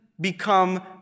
become